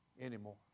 anymore